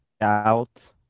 out